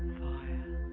fire